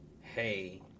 hey